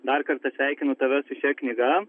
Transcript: dar kartą sveikinu tave su šia knyga